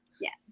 Yes